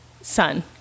son